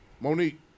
Monique